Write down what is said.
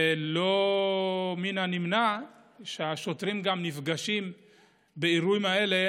ולא מן הנמנע שהשוטרים נפגשים באירועים האלה